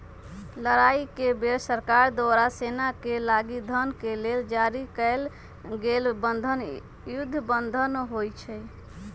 लड़ाई के बेर सरकार द्वारा सेनाके लागी धन के लेल जारी कएल गेल बन्धन युद्ध बन्धन होइ छइ